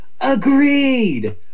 Agreed